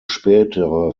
spätere